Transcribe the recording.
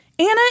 Anna